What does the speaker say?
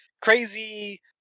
crazy